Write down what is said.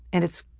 and it's.